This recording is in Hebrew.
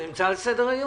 זה נמצא על סדר היום.